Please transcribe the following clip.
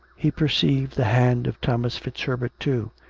he perceived the hand of thomas fitzherbert, too,